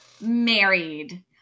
married